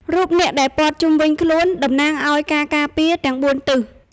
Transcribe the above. រូបនាគដែលព័ទ្ធជុំវិញខ្លួន តំណាងឱ្យការការពារទាំងបួនទិស។